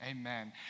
Amen